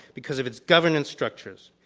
because of its governance structures.